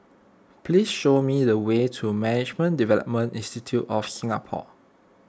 please show me the way to Management Development Institute of Singapore